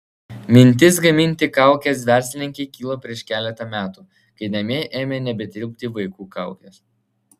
mintis gaminti kaukes verslininkei kilo prieš keletą metų kai namie ėmė nebetilpti vaikų kaukės